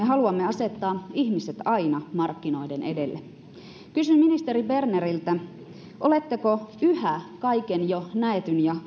haluamme asettaa ihmiset aina markkinoiden edelle kysyn ministeri berneriltä oletteko yhä kaiken jo nähdyn ja